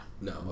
No